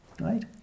right